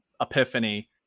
epiphany